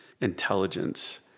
intelligence